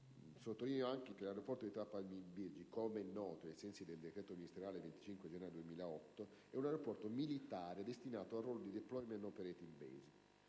Sottolineo in proposito che l'aeroporto di Trapani-Birgi, come è noto, ai sensi del decreto ministeriale del 25 gennaio 2008, è un aeroporto militare destinato al ruolo di *Deployment Operating Base*